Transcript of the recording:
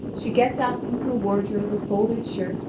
she gets out from her wardrobe a folded shirt,